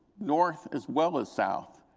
north as well as south,